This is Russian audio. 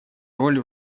роль